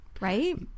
Right